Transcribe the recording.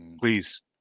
Please